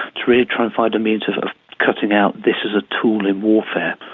to really try and find a means of cutting out this as a tool in warfare.